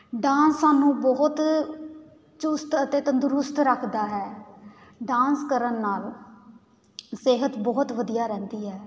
dance ਸਾਨੂੰ ਬਹੁਤ ਚੁਸਤ ਅਤੇ ਤੰਦਰੁਸਤ ਰੱਖਦਾ ਹੈ ਡਾਂਸ ਕਰਨ ਨਾਲ ਸਿਹਤ ਬਹੁਤ ਵਧੀਆ ਰਹਿੰਦੀ ਹੈ